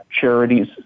charities